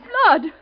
Blood